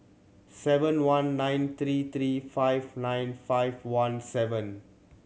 seven one nine three three five nine five one seven